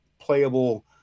playable